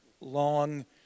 long